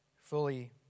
fully